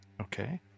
Okay